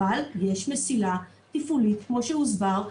אבל יש מסילה תפעולית כמו שהוסבר,